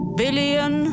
billion